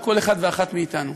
בכל אחד ואחת מאתנו.